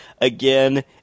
Again